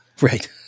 Right